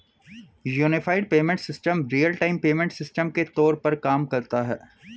unified payment system real time payment system के तौर पर काम करता है